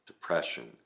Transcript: depression